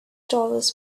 dollars